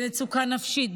במצוקה נפשית,